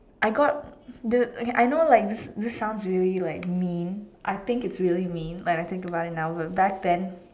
I got this okay I know like this this sounds really like mean I think it's really mean when I think about it now will back then